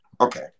okay